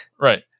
right